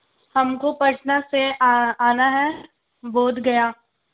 ہم کو پٹنہ سے آ آنا ہے بوودھ گیا